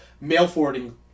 mail-forwarding